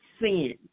Sin